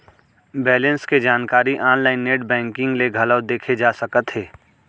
balance के जानकारी online net banking ले घलौ देखे जा सकत हे